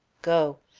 go!